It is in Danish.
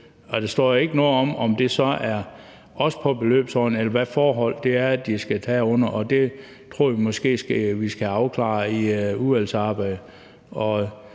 Der står ikke noget om, om det så også er på beløbsordningen, eller hvilke forhold de hører under. Det tror jeg måske vi skal have afklaret i udvalgsarbejdet,